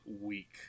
week